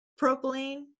Propylene